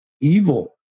evil